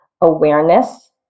awareness